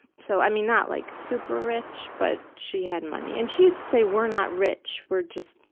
so, i mean, not like super rich, but she had money, and she used to say, we're not rich, we're just